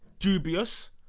dubious